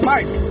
Mike